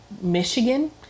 Michigan